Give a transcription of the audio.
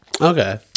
Okay